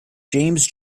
james